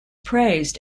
praised